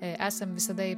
esam visada